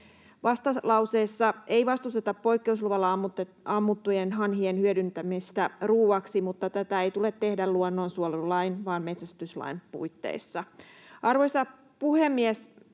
Vastalauseessa ei vastusteta poikkeusluvalla ammuttujen hanhien hyödyntämistä ruoaksi, mutta tätä ei tule tehdä luonnonsuojelulain vaan metsästyslain puitteissa. Arvoisa puhemies!